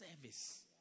service